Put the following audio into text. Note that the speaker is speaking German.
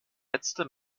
letzte